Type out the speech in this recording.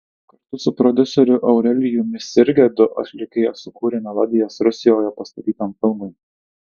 kartu su prodiuseriu aurelijumi sirgedu atlikėja sukūrė melodijas rusijoje pastatytam filmui